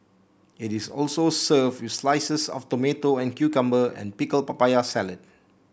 it is also served with slices of tomato and cucumber and pickle papaya salad